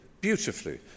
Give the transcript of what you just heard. beautifully